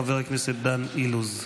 חבר הכנסת דן אילוז.